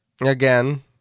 Again